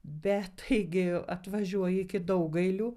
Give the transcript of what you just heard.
bet taigi atvažiuoji iki daugailių